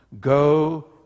go